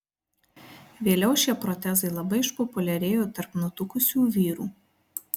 vėliau šie protezai labai išpopuliarėjo tarp nutukusių vyrų